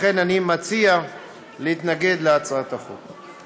לכן, אני מציע להתנגד להצעת החוק.